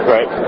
Right